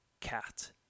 cat